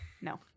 No